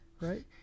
right